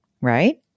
right